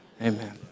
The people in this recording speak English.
Amen